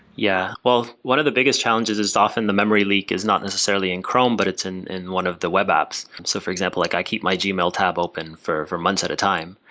yeah. well one of the biggest challenges is often the memory leak is not necessarily in chrome, but it's in in one of the web apps. so for example, like i keep my gmail tab open for for months at a time.